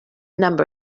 number